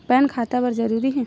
Pan खाता बर जरूरी हे?